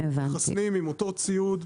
מחסנים עם אותו ציוד,